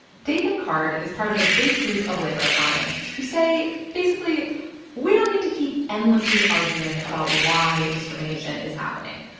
david card is part of a big group of labor economists who say basically we don't need to keep endlessly arguing about why discrimination is happening.